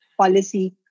policy